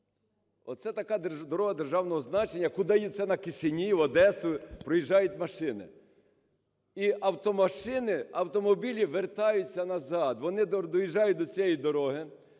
Оце така дорога державного значення, куди на Кишенів, в Одесу проїжджають машини. І автомашини… автомобілі вертаються назад. Вони доїжджають до цієї дороги,